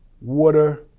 water